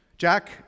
Jack